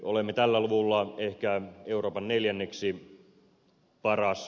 olemme tällä luvulla ehkä euroopan neljänneksi paras